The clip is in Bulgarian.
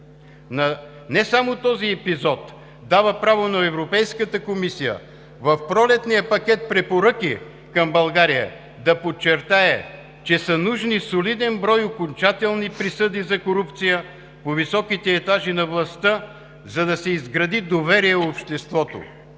Не само този епизод дава право на Европейската комисия в пролетния пакет препоръки към България, да подчертая, че са нужни солиден брой окончателни присъди за корупция по високите етажи на властта, за да се изгради доверие у обществото.